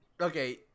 Okay